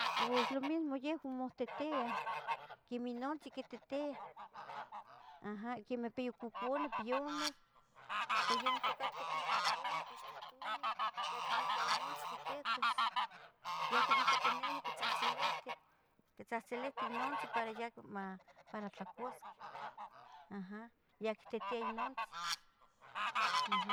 Pos lo mismo yeh momohtihtiia, quemeh inontzin quititiah aha, quemeh piyococoneh, piyumeh tlen yontlacatqueh piyococoneh quixtotunih, ya quibica inontzin tli quicuas, ya quibicatinemi quitzahtzilihtih, quitzahtzilihti inontzi para yaca ma para tlacuasqueh aha yactitia inontzi, um.